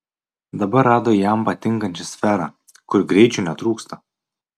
dabar rado jam patinkančią sferą kur greičio netrūksta